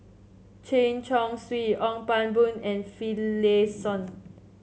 Chen Chong Swee Ong Pang Boon and Finlayson